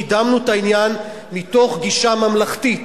קידמנו את העניין מתוך גישה ממלכתית.